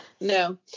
No